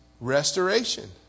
restoration